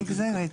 זה לא נגזרת,